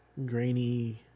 Grainy